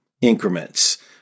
increments